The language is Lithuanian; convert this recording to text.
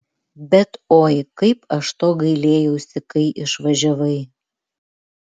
bet oi kaip aš to gailėjausi kai išvažiavai